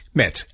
met